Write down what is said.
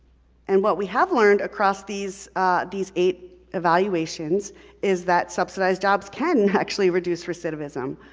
and what we have learned across these these eight evaluations is that subsidized jobs can actually reduce recidivism.